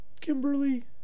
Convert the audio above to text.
Kimberly